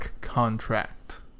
Contract